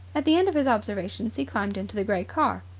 at the end of his observations he climbed into the grey car.